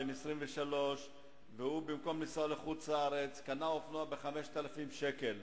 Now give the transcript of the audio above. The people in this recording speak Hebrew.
בן 23. במקום לנסוע לחוץ-לארץ הוא קנה אופנוע ב-5,000 שקל,